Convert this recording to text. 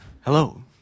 hello